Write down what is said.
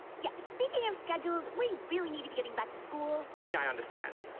yeah speaking of scheduled we really need to be getting back to school. yeah, i understand